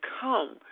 come